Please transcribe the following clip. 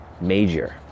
major